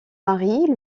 mari